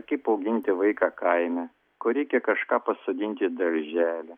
kaip auginti vaiką kaime kur reikia kažką pasodinti daržely